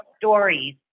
stories